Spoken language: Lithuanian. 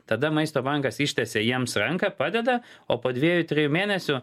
tada maisto bankas ištiesia jiems ranką padeda o po dviejų trijų mėnesių